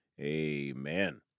Amen